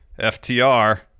FTR